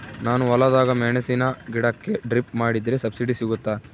ನಾನು ಹೊಲದಾಗ ಮೆಣಸಿನ ಗಿಡಕ್ಕೆ ಡ್ರಿಪ್ ಮಾಡಿದ್ರೆ ಸಬ್ಸಿಡಿ ಸಿಗುತ್ತಾ?